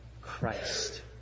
Christ